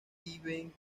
viven